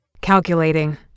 Calculating